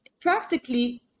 practically